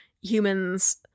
humans